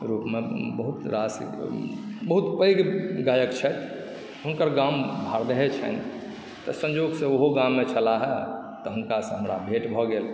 रूपमे बहुत रास बहुत पैघ गायक छथि हुनकर गाम भारदहे छनि तऽ संयोगसँ ओहो गाममे छलाह तऽ हुनकासँ हमरा भेट भऽ गेल